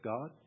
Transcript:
God